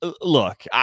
Look